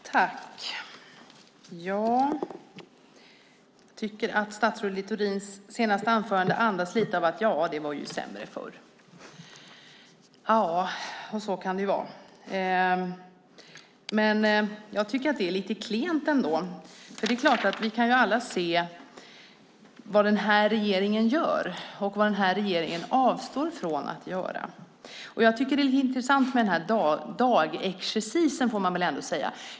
Herr talman! Jag tycker att statsrådet Littorins senaste anförande andas lite av att det var sämre förr. Så kan det ju vara. Jag tycker ändå att det här är lite klent. Vi kan alla se vad regeringen gör och vad regeringen avstår från att göra. Jag tycker att det är lite intressant med den här dagexercisen.